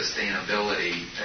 sustainability